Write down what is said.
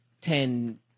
ten